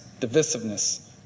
divisiveness